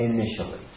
Initially